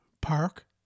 Park